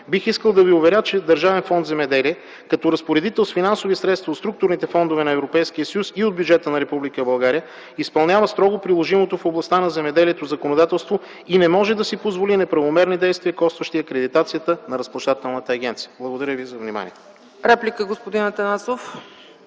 Бих искал да Ви уверя, че Държавен фонд „Земеделие” като разпоредител с финансови средства от структурните фондове на Европейския съюз и от бюджета на Република България изпълнява строго приложимото в областта на земеделието законодателство и не може да си позволи неправомерни действия, костващи акредитацията на Разплащателната агенция. Благодаря Ви за вниманието.